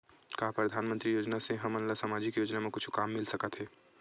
का परधानमंतरी योजना से हमन ला सामजिक योजना मा कुछु काम मिल सकत हे?